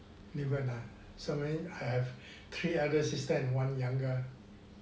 六个男 so mean I have three elder sister and one younger